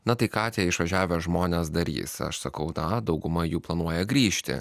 na tai ką tie išvažiavę žmonės darys aš sakau na dauguma jų planuoja grįžti